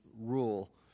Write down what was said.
rule